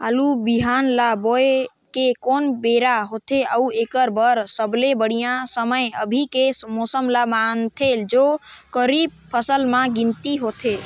आलू बिहान ल बोये के कोन बेरा होथे अउ एकर बर सबले बढ़िया समय अभी के मौसम ल मानथें जो खरीफ फसल म गिनती होथै?